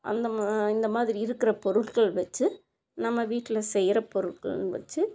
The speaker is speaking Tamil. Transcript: அந்தமா இந்தமாதிரி இருக்கிற பொருட்கள் வச்சு நம்ம வீட்டில் செய்கிற பொருட்கள் வச்சு